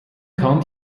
kann